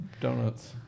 donuts